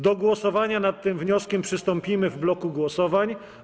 Do głosowania nad tym wnioskiem przystąpimy w bloku głosowań.